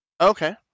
Okay